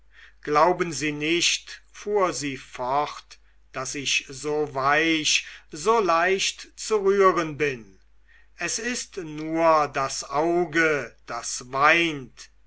glauben sie nicht fuhr sie fort daß ich so weich so leicht zu rühren bin es ist nur das auge das weint